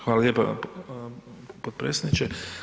Hvala lijepa potpredsjedniče.